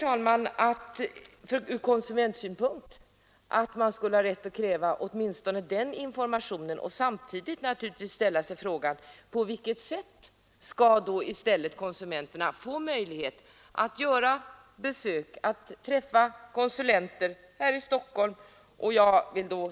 Jag tycker att man från konsumentsynpunkt har rätt att kräva åtminstone den informationen, samtidigt som man naturligtvis ställer sig frågan: På vilket sätt skall då konsumenterna i stället få möjlighet att göra besök, träffa konsulenter här i Stockholm osv.?